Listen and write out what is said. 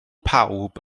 pawb